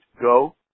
go